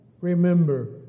remember